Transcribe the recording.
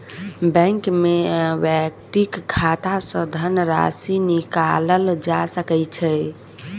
bank में व्यक्तिक खाता सॅ धनराशि निकालल जा सकै छै